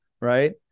Right